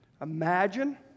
Imagine